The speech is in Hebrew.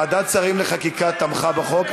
ועדת השרים לחקיקה תמכה בחוק.